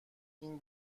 این